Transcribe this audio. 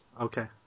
Okay